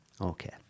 Okay